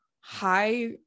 high